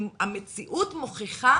המציאות מוכיחה